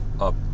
up